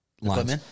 lines